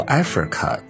Africa